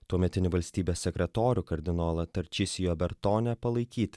tuometinį valstybės sekretorių kardinolą tarčisijo bertone palaikyt